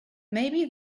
maybe